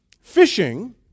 fishing